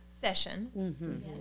session